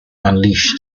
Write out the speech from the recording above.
unleash